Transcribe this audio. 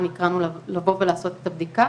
מתחת לגיל 50 הם לא מדויקים,